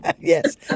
Yes